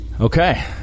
Okay